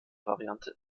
variante